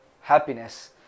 happiness